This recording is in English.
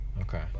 Okay